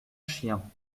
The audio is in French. chiens